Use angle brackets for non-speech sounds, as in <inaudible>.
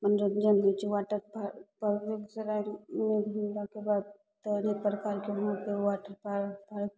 मनोरञ्जन होइ छै वाटर पार्क <unintelligible> तऽ अनेक प्रकारके वहाँ वाटर पार्क पार्क